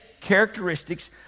characteristics